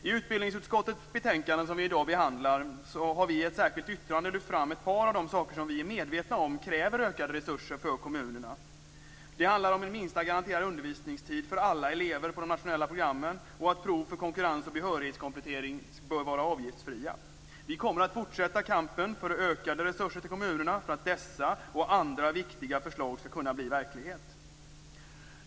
I det betänkande från utbildningsutskottet som vi i dag behandlar har vi i ett särskilt yttrande lyft fram ett par av de saker som vi är medvetna om kräver ökade resurser för kommunerna. Det handlar om en minsta garanterad undervisningstid för alla elever på de nationella programmen och att prov för konkurrensoch behörighetskomplettering bör vara avgiftsfria. Vi kommer att fortsätta kampen för ökade resurser till kommunerna för att dessa och andra viktiga förslag skall kunna bli verklighet.